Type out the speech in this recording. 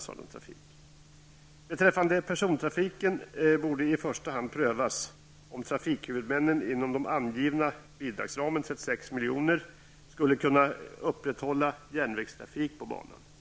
Beträffande persontrafiken borde i första hand prövas om trafikhuvudmännen inom den angivna bidragsramen -- 36 milj.kr. -- skulle kunna upprätthålla järnvägstrafik på banan.